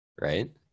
Right